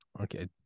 Okay